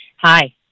Hi